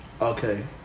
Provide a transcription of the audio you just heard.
Okay